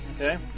Okay